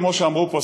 כמו שאמרו פה,